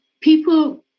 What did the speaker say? people